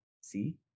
See